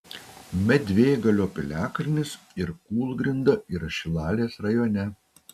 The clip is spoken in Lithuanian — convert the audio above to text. medvėgalio piliakalnis ir kūlgrinda yra šilalės rajone